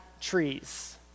trees